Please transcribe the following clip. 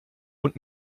und